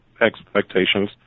expectations